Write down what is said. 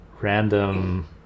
random